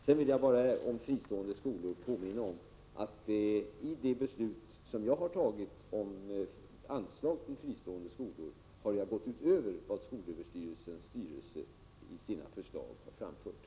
Sedan vill jag bara beträffande de fristående skolorna påminna om att i de beslut som jag har tagit om anslag till fristående skolor har jag gått utöver vad skolöverstyrelsens styrelse har framfört i sina förslag.